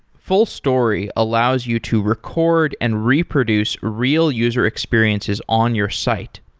fullstory allows you to record and reproduce real user experiences on your site.